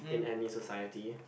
in any society